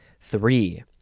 Three